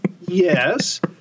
Yes